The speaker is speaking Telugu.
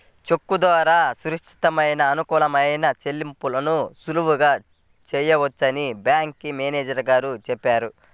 చెక్కు ద్వారా సురక్షితమైన, అనుకూలమైన చెల్లింపులను సులువుగా చేయవచ్చని బ్యాంకు మేనేజరు గారు చెప్పారు